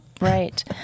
Right